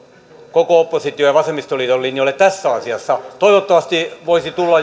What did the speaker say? koko opposition ja vasemmistoliiton linjoille tässä asiassa toivottavasti voisi tulla